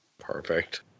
Perfect